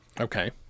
Okay